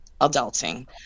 adulting